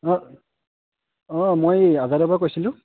অঁ অঁ মই এই আজাদৰ পৰা কৈছিলোঁ